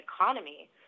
economy